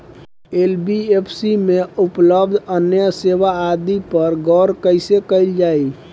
NBFC में उपलब्ध अन्य सेवा आदि पर गौर कइसे करल जाइ?